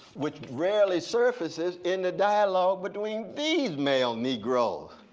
which rarely surfaces in the dialogue between these male negros.